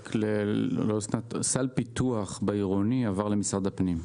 סל פיתוח בעירוני עבר למשרד הפנים.